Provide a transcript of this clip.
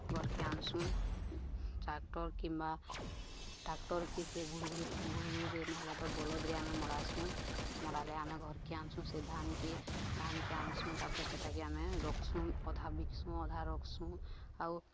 ଘରକେ ଆନସୁଁ ଟ୍ରାକ୍ଟର କିମ୍ବା ଟ୍ରାକ୍ଟରକେ ସେ ଗୁ ଗୁଡ଼ି ଗୁ ଗୁଡ଼ିରେ ନେଲେ ତ ବଲଦରେ ଆମେ ମଡ଼ାସୁଁ ମଡ଼ଲେେ ଆମେ ଘରକେ ଆନ୍ସୁଁ ସେ ଧାନକେ ଧାନକେ ଆନ୍ସୁଁ ତାପରେ ସେଟାକେ ଆମେ ରଖସୁଁ ଅଧା ବିକ୍ସୁଁ ଅଧା ରଖ୍ସୁଁ ଆଉ